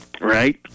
right